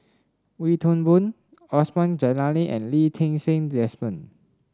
Wee Toon Boon Osman Zailani and Lee Ti Seng Desmond